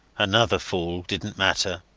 another fool. didnt matter.